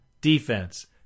defense